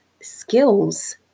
skills